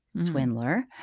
swindler